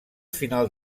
final